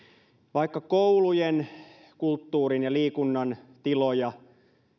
vaikka koulujen kulttuurin ja liikunnan tiloja ja